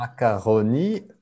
Macaroni